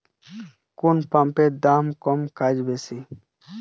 কোন পাম্পের দাম কম কাজ বেশি?